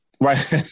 right